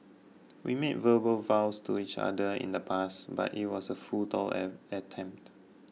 we made verbal vows to each other in the past but it was a futile attempt